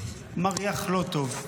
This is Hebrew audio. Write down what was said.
מריח לא טוב.